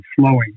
flowing